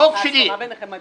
ההסכמה ביניכם מדאיגה.